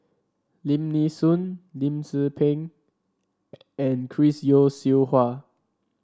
Lim Nee Soon Lim Tze Peng and Chris Yeo Siew Hua